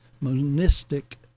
monistic